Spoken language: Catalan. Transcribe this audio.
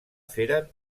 feren